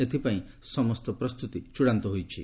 ଏଥିପାଇଁ ସମସ୍ତ ପ୍ରସ୍ତୁତି ଚୂଡ଼ାନ୍ତ ହୋଇଛି